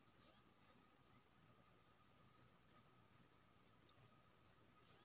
recurring deposit केँ आवर्ती जमा केर नाओ सँ सेहो जानल जाइ छै